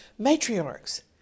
matriarchs